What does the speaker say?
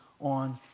on